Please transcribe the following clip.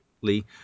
lee